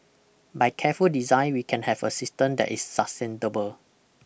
by careful design we can have a system that is sustainable